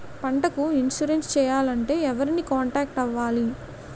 పంటకు ఇన్సురెన్స్ చేయాలంటే ఎవరిని కాంటాక్ట్ అవ్వాలి?